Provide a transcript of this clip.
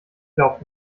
glaubt